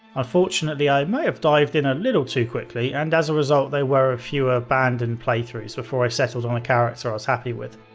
unfortunately, i might have dived in a little too quickly, and as a result, there were a few abandoned playthroughs before i settled on a character i was happy with.